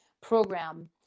program